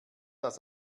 das